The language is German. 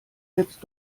jetzt